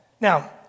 Now